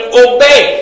obey